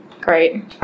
Great